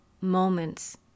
moments